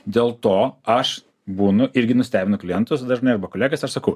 dėl to aš būnu irgi nustebinu klientus dažnai arba kolegas aš sakau